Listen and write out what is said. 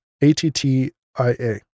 A-T-T-I-A